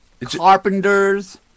Carpenters